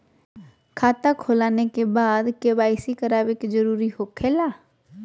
खाता खोल आने के बाद क्या बासी करावे का जरूरी हो खेला?